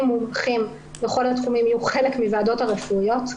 מומחים בכל התחומים יהיו חלק מהוועדות הרפואיות,